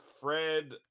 Fred